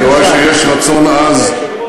אני רואה שיש רצון עז.